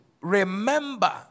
remember